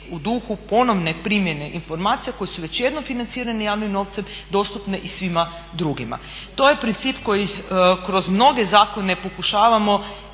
u duhu ponovne primjene informacija koje su već jednom financirane javnim novcem dostupne i svima drugima. To je princip koji kroz mnoge zakone pokušavamo